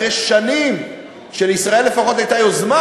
אחרי שנים שלישראל לפחות הייתה יוזמה,